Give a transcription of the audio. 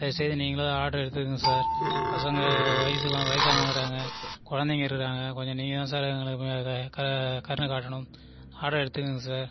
தயவுசெய்து நீங்களாவது ஆர்டர் எடுத்துக்கோங்க சார் பசங்க வயசுக்கு வயசானவங்க இருக்கிறாங்க குழந்தைங்க இருக்கிறாங்க கொஞ்சம் நீங்கள் தான் சார் எங்களுக்கு கருணை காட்டணும் ஆர்டர் எடுத்துக்கோங்க சார்